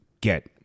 get